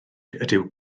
ydyw